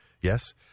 Yes